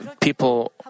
people